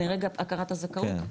מרגע הכרת הזכאות?